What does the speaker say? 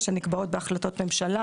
שנקבעות בהחלטות הממשלה,